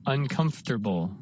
Uncomfortable